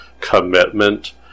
commitment